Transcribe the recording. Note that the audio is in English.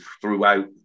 throughout